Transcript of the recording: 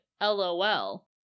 LOL